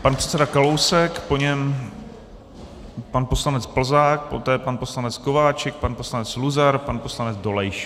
Pan předseda Kalousek, po něm pan poslanec Plzák, poté pan poslanec Kováčik, pan poslanec Luzar, pan poslanec Dolejš.